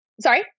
Sorry